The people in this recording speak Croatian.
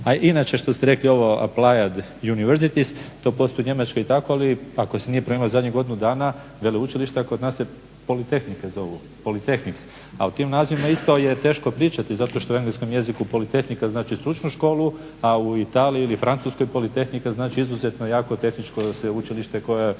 i inače ovo što ste rekli …/Govornik se ne razumije./… to postoji u Njemačkoj i tako. Ali ako se nije …/Govornik se ne razumije./… zadnjih godinu dana veleučilišta kod nas je politehnike zovu, politehniks, a o tim nazivima isto je teško pričati zato što u engleskom jeziku politehnika znači stručnu školu, a u Italiji ili Francuskoj politehnika znači izuzetno jaku tehničko sveučilište